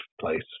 place